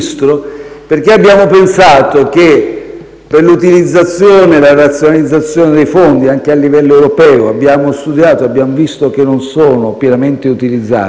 perché abbiamo ritenuto che, per l'utilizzazione e la razionalizzazione dei fondi, anche a livello europeo (abbiamo studiato e abbiamo visto che non sono pienamente utilizzati),